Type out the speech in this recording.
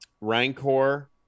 Rancor